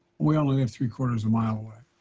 we only lived three-quarters a mile away.